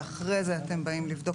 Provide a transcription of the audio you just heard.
ואחרי זה אתם באים לבדוק.